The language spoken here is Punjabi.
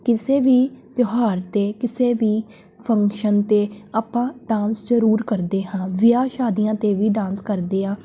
ਕਿਸੇ ਵੀ ਤਿਉਹਾਰ 'ਤੇ ਕਿਸੇ ਵੀ ਫੰਕਸ਼ਨ 'ਤੇ ਆਪਾਂ ਡਾਂਸ ਜ਼ਰੂਰ ਕਰਦੇ ਹਾਂ ਵਿਆਹ ਸ਼ਾਦੀਆਂ 'ਤੇ ਵੀ ਡਾਂਸ ਕਰਦੇ ਹਾਂ